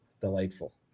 delightful